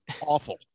awful